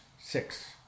six